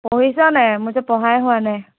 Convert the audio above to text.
পঢ়িছ নাই মোৰ যে পঢ়াই হোৱা নাই